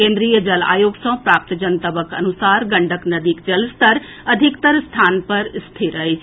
केन्द्रीय जल आयोग सँ प्राप्त जनतबक अनुसार गंडक नदीक जलस्तर अधिकतर स्थान पर स्थिर अछि